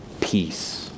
Peace